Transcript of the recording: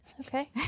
Okay